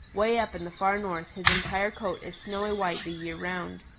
way up in the far north his entire coat is snowy white the year round.